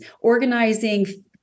organizing